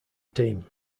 team